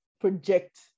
project